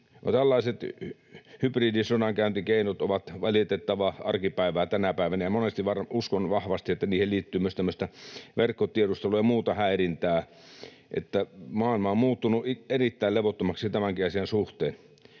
Tällaiset hybridisodankäyntikeinot ovat valitettavaa arkipäivää tänä päivänä, ja uskon vahvasti, että monesti niihin liittyy myös tämmöistä verkkotiedustelua ja muuta häirintää. Maailma on muuttunut erittäin levottomaksi tämänkin asian suhteen.